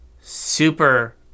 super